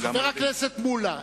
חבר הכנסת מולה,